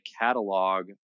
catalog